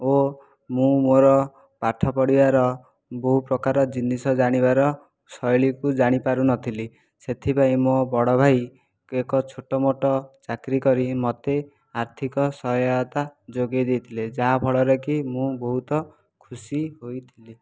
ଓ ମୁଁ ମୋର ପାଠ ପଢ଼ିବାର ବହୁପ୍ରକାର ଜିନିଷ ଜାଣିବାର ଶୈଳୀକୁ ଜାଣିପାରୁନଥିଲି ସେଥିପାଇଁ ମୋ ବଡ଼ ଭାଇ ଏକ ଛୋଟମୋଟ ଚାକିରି କରି ମୋତେ ଆର୍ଥିକ ସହାୟତା ଯୋଗେଇ ଦେଇଥିଲେ ଯାହାଫଳରେକି ମୁଁ ବହୁତ ଖୁସି ହୋଇଥିଲି